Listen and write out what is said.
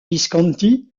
visconti